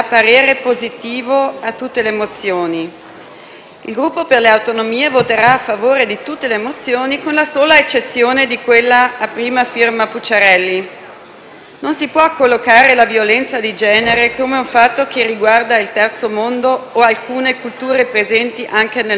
Il Gruppo per le Autonomie voterà a favore di tutte le mozioni, con la sola eccezione di quella a prima firma Pucciarelli. Non si può classificare la violenza di genere come un fatto che riguarda il terzo mondo o «alcune culture presenti anche nel nostro Paese», come è scritto nella mozione.